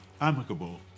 Amicable